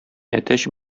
әтәч